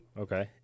Okay